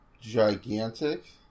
gigantic